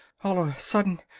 all of a sudden.